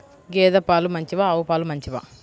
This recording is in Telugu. గేద పాలు మంచివా ఆవు పాలు మంచివా?